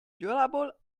durable